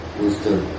wisdom